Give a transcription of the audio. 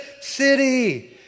city